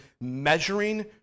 measuring